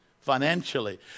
financially